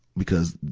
because,